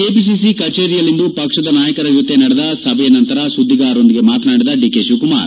KPCC ಕಚೇರಿಯಲ್ಲಿಂದು ಪಕ್ಷದ ನಾಯಕರ ಜೊತೆ ನಡೆದ ಸಭೆಯ ನಂತರ ಸುದ್ದಿಗಾರರೊಂದಿಗೆ ಮಾತನಾಡಿದ ಡಿಕೆ ಶಿವಕುಮಾರ್